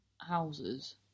houses